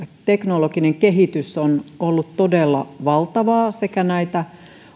teknologinen kehitys on ollut todella valtavaa sekä näitä